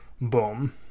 boom